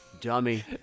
Dummy